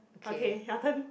okay your turn